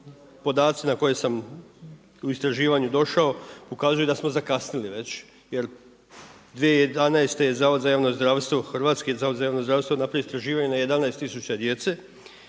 podaci na koje sam u istraživanju došao ukazuju da smo zakasnili već. Jer 2011. zavod za javno zdravstvo Hrvatske napravio je istraživanje na 11 tisuća djece,